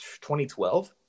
2012